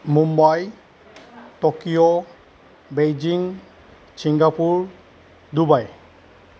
Mumbai Tokyo Beijing Singapore Dubai